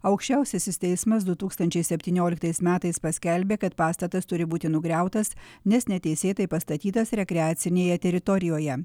aukščiausiasis teismas du tūkstančiai septynioliktais metais paskelbė kad pastatas turi būti nugriautas nes neteisėtai pastatytas rekreacinėje teritorijoje